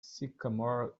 sycamore